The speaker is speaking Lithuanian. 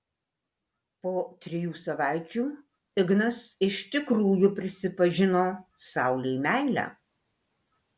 po trijų savaičių ignas iš tikrųjų prisipažino saulei meilę